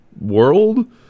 world